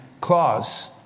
clause